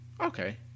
Okay